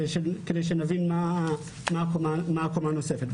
כדי שנבין מה הקומה הנוספת.